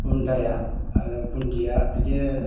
बुन्दाया आरो बुन्दिया बिदिनो